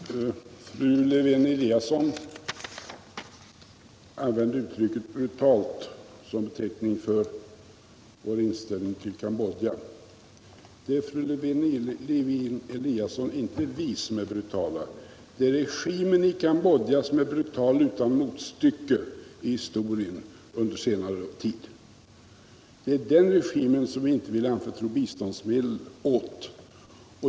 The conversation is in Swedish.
Herr talman! Fru Lewén-Eliasson använde ordet brutal som beteckning för vår inställning till Cambodja. Det är, fru Lewén-Eliasson, inte vi som är brutala. Det är regimen i Cambodja som är brutal utan motstycke i historien under senare tid. Det är den regimen som vi inte vill antörtro biståndsmedel åt.